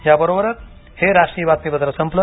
याबरोबरच हे राष्ट्रीय बातमीपत्र संपलं